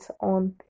on